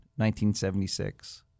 1976